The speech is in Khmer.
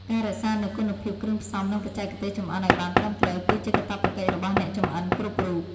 ការរក្សានូវគុណភាពគ្រឿងផ្សំនិងបច្ចេកទេសចម្អិនឱ្យបានត្រឹមត្រូវគឺជាកាតព្វកិច្ចរបស់អ្នកចម្អិនគ្រប់រូប។